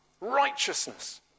righteousness